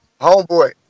Homeboy